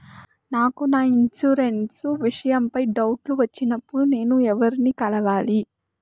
నాకు నా ఇన్సూరెన్సు విషయం పై డౌట్లు వచ్చినప్పుడు నేను ఎవర్ని కలవాలి?